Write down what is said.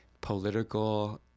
political